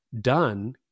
done